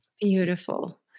Beautiful